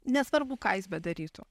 nesvarbu ką jis bedarytų